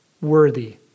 worthy